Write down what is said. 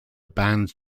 banned